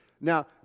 Now